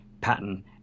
pattern